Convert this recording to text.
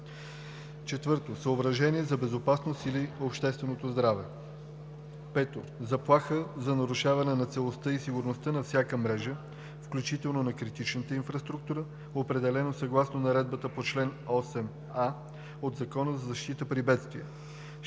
4. съображения за безопасност или обществено здраве; 5. заплаха за нарушаване на целостта и сигурността на всяка мрежа, включително на критичната инфраструктура, определена съгласно наредбата по чл. 8а от Закона за защита при бедствия; 6.